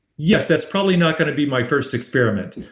yes. that's probably not going to be my first experiment,